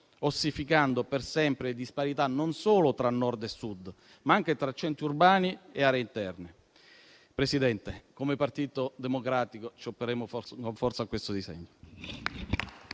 ossificando per sempre disparità non solo tra Nord e Sud, ma anche tra centri urbani e aree interne. Signora Presidente, come Partito Democratico ci opporremo con forza a questo